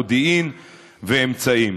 מודיעין ואמצעים.